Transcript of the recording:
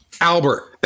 Albert